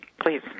please